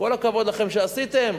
כל הכבוד לכם שעשיתם.